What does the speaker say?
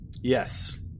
Yes